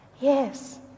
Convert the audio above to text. yes